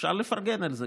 אפשר לפרגן על זה.